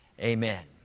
Amen